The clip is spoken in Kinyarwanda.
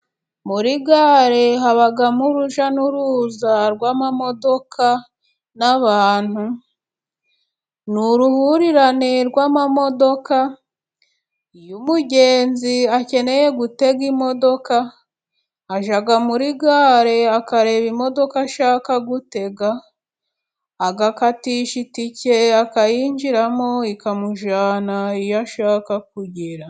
Muri gare habamo urujya n'uruza rw'amamodoka n' abantu. Ni uruhurirane rw'amamodoka. Iyo umugenzi akeneye gutega imodoka, ajya muri gare akareba imodoka ashaka gutega, agakatisha itike akayinjiramo, ikamujyana aho ashaka kugera.